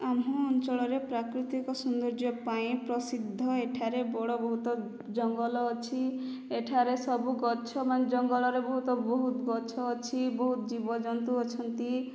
ଆମ୍ଭ ଅଞ୍ଚଳରେ ପ୍ରାକୃତିକ ସୌନ୍ଦର୍ଯ୍ୟ ପାଇଁ ପ୍ରସିଦ୍ଧ ଏଠାରେ ବଡ଼ ବହୁତ ଜଙ୍ଗଲ ଅଛି ଏଠାରେ ସବୁ ଗଛ ମାନେ ଜଙ୍ଗଲରେ ବହୁତ ବହୁତ ଗଛ ଅଛି ବହୁତ ଜୀବଜନ୍ତୁ ଅଛନ୍ତି